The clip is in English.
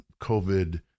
COVID